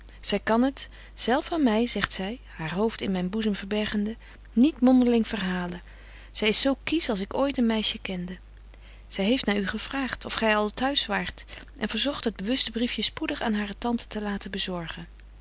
zy kan het zelf aan my zegt zy haar hoofd in myn boezem verbergende niet mondeling verhalen zy is zo kiesch als ik ooit een meisje kende zy heeft naar u gevraagt of gy al t'huis waart en verzogt het bewuste briefje spoedig aan hare tante te laten bezorgen